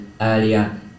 earlier